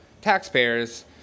taxpayers